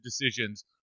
decisions